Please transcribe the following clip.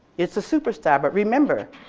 it's a superstar, but remember,